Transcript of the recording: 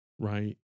right